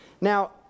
Now